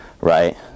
right